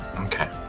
Okay